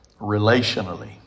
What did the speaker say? relationally